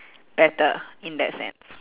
better in that sense